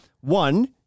One